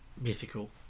mythical